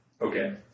Okay